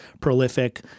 prolific